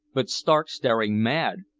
but stark staring mad,